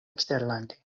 eksterlande